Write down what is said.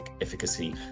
efficacy